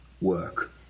work